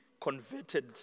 converted